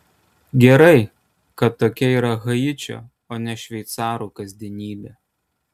gerai kad tokia yra haičio o ne šveicarų kasdienybė